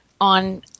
on